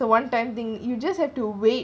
the one time thing you just have to wait